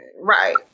Right